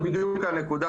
הנקודה,